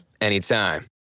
anytime